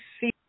see